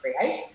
create